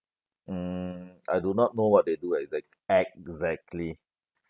mm I do not know what they do exact~ exactly